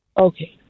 Okay